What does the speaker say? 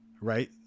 Right